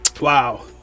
Wow